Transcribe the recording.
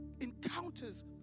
encounters